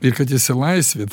ir kad išsilaisvit